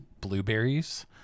blueberries